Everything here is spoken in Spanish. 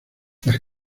las